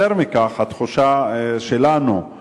יותר מכך, התחושה שלנו היא